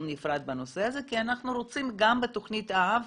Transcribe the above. נפרד בנושא הזה כי אנחנו רוצים גם בתכנית האב